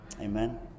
amen